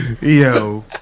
Yo